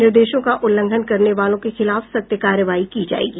निर्देशों का उल्लंघन करने वालों के खिलाफ सख्त कार्रवाई की जायेगी